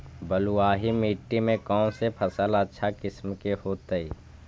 बलुआही मिट्टी में कौन से फसल अच्छा किस्म के होतै?